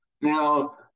Now